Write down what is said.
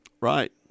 Right